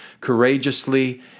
courageously